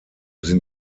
sind